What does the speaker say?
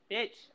Bitch